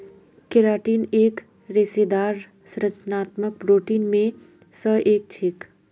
keratin एक रेशेदार संरचनात्मक प्रोटीन मे स एक छेक